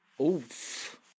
Oof